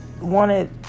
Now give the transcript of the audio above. wanted